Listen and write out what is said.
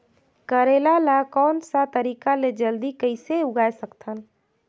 करेला ला कोन सा तरीका ले जल्दी कइसे उगाय सकथन?